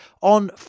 on